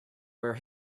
were